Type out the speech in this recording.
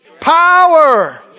power